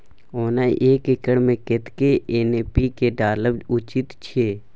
ओना एक एकर मे कतेक एन.पी.के डालब उचित अछि?